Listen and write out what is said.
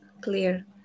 clear